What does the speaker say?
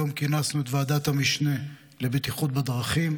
היום כינסנו את ועדת המשנה לבטיחות בדרכים.